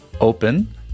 open